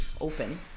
open